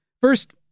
First